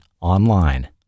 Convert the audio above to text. online